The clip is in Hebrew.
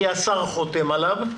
כי השר חותם עליו,